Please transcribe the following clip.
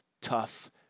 tough